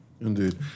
Indeed